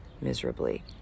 miserably